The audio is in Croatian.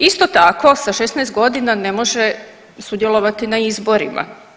Isto tako, sa 16 godina ne može sudjelovati na izborima.